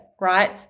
right